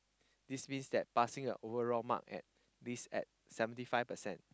this means that passing the overall mark at this at seventy five percent